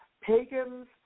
Pagans